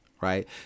right